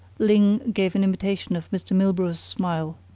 ling gave an imitation of mr. milburgh's smile.